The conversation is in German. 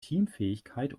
teamfähigkeit